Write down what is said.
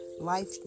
life